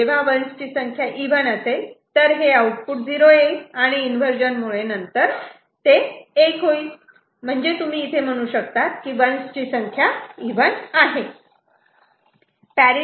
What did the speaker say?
जेव्हा 1's ची संख्या इव्हन असेल तर हे आउटपुट 0 येईल आणि इन्वर्जन मुळे नंतर ते 1 असे येईल आणि तुम्ही इथे म्हणू शकतात की 1's ची संख्या इव्हन आहे